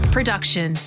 Production